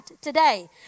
today